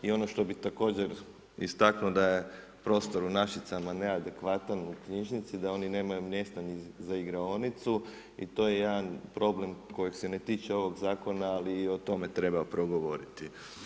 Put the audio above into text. I ono što bih također istaknuo da je prostor u Našicama neadekvatan u knjižnici, da oni nemaju mjesta ni za igraonicu i to je jedan problem koji se ne tiče ovog zakona ali i o tome treba progovoriti.